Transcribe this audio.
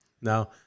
Now